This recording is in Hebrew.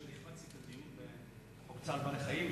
לא הייתי כאן בדיון בחוק צער בעלי-חיים.